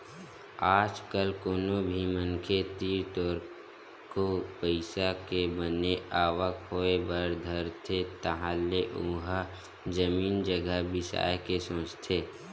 आज कल कोनो भी मनखे तीर थोरको पइसा के बने आवक होय बर धरथे तहाले ओहा जमीन जघा बिसाय के सोचथे